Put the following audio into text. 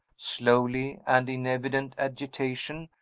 slowly, and in evident agitation,